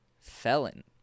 felon